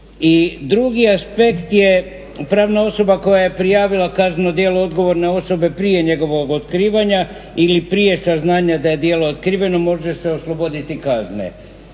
drugi aspekt je, pravna osoba koja je prijavila kazneno djelo odgovorne osobe prije njegovog otkrivanja ili prije saznanja da je djelo otkriveno može se osloboditi kazne.